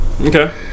okay